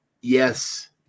yes